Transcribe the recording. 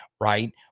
right